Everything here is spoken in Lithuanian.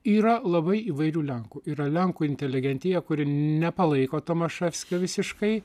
yra labai įvairių lenkų yra lenkų inteligentija kuri nepalaiko tomaševskio visiškai